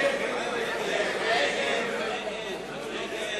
הודעת ועדת הכלכלה על רצונה